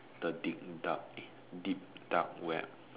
the deep dark eh deep dark web